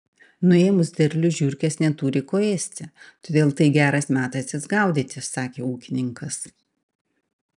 nuėmus derlių žiurkės neturi ko ėsti todėl tai geras metas jas gaudyti sakė ūkininkas